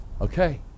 Okay